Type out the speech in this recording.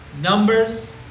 Numbers